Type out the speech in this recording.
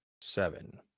seven